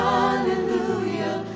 hallelujah